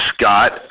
Scott